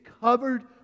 covered